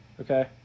okay